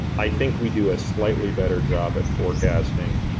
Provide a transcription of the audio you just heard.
i think we do a slightly better job at forecasting.